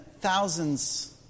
thousands